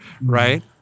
right